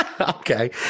Okay